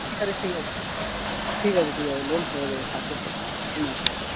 ঠিক আছে ঠিক আছে ঠিক আছে ঠিক আছে লোন হয়ে যাবে সাকসেস হয়ে যাবে কোনো অসুবিধা হবে না